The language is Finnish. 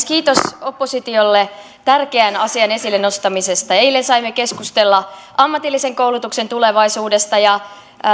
kiitos oppositiolle tärkeän asian esille nostamisesta eilen saimme keskustella ammatillisen koulutuksen tulevaisuudesta